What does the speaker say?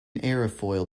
aerofoil